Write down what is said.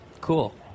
Cool